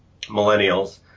millennials